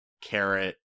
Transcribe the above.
Carrot